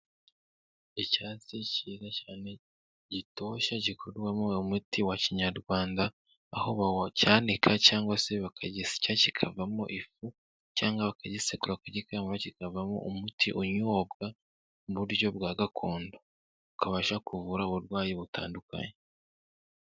Icyatsi cyiza cyane gitoshye gikorwarwamo umuti wa kinyarwanda, aho bacyanika cyangwa se bakagisya kikavamo ifu cyangwa bakagisekura bakagikamura kikavamo umuti unyobwa mu buryo bwa gakondo. ukabasha kuvura uburwayi butandukanye.